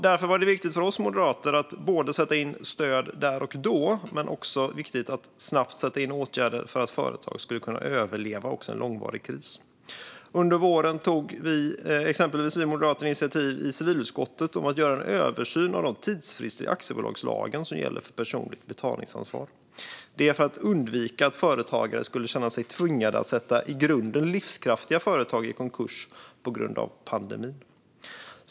Därför var det viktigt för oss moderater att både sätta in stöd där och då och att snabbt sätta in åtgärder för att företag skulle kunna överleva också en långvarig kris. Under våren tog vi moderater exempelvis initiativ i civilutskottet till att göra en översyn av de tidsfrister i aktiebolagslagen som gäller för personligt betalningsansvar. Detta för att undvika att företagare skulle känna sig tvingade att sätta i grunden livskraftiga företag i konkurs på grund av pandemin.